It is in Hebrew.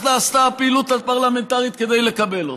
נעשתה הפעילות הפרלמנטרית כדי לקבל אותה?